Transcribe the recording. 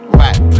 right